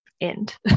end